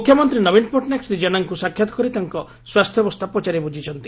ମୁଖ୍ୟମନ୍ତୀ ନବୀନ ପଟ୍ଟନାୟକ ଶ୍ରୀ ଜେନାଙ୍କୁ ସାକ୍ଷାତ କରି ତାଙ୍କ ସ୍ୱାସ୍ଥ୍ୟାବସ୍ଥା ପଚାରି ବୁଝିଛନ୍ତି